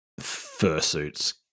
fursuits